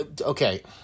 okay